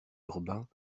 urbain